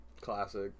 Classic